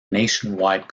nationwide